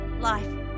Life